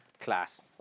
class